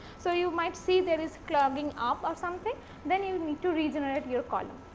so, you might see there is clogging up or something then you need to regenerate your column.